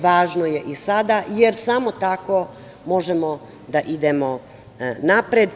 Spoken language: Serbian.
Važno je i sada, jer samo tako možemo da idemo napred.